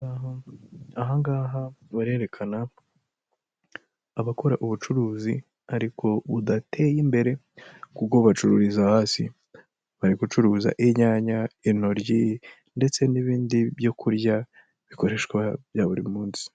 Aha ngaha barerekana abakora ubucuruzi ariko budateye imbere, kuko bacururiza hasi, bari gucuruza nyanya, intoryi, ndetse n'ibindi byo kurya bikoreshwa bya buri munsi.